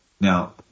Now